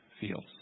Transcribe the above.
feels